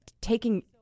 Taking